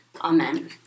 Amen